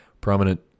Prominent